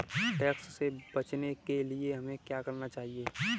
Tax से बचने के लिए हमें क्या करना चाहिए?